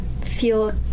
feel